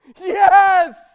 Yes